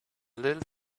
little